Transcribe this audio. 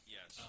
Yes